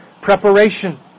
preparation